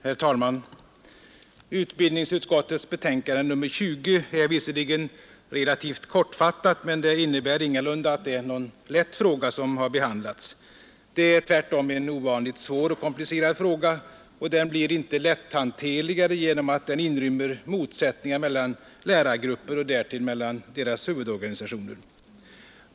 Herr talman! Utbildningsutskottets betänkande nr 20 är visserligen relativt kortfattat, men det innebär ingalunda att det är någon lätt fråga som behandlats. Tvärtom är det en ovanligt svår och komplicerad fråga, och den blir inte mera lätthanterlig av att den inrymmer motsättningar mellan stora lärargrupper och därtill mellan deras huvudorganisationer.